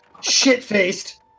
shit-faced